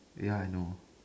ya I know